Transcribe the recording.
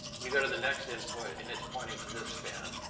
you go to the next input and it's pointing to this span.